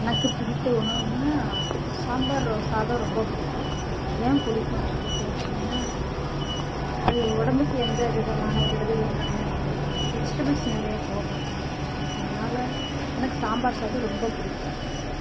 எனக்கு பிடித்த உணவுன்னால் சாம்பார் சாதம் ரொம்ப பிடிக்கும் என் பிடிக்குன்னு சொல்லி கேட்டீங்கன்னால் அது உடம்புக்கு எந்த விதமான கெடுதலும் கிடையாது வெஜிடபுள்ஸ் நிறையா போடுகிறோம் அதனால் எனக்கு சாம்பார் சாதம் ரொம்ப பிடிக்கும்